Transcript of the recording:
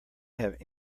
have